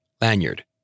Lanyard